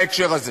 בהקשר הזה,